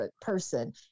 person